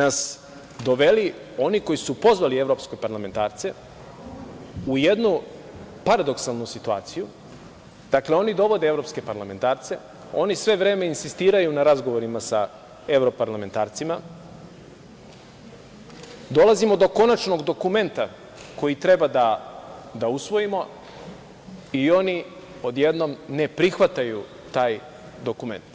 Dakle, da bi na kraju nas doveli oni koji su pozvali evropske parlamentarce u jednu paradoksalnu situaciju, dakle oni dovode evropske parlamentarce, oni sve vreme insistiraju na razgovorima sa evroparlamentarcima, dolazimo do konačnog dokumenta koji treba da usvojimo i oni odjednom ne prihvataju taj dokument,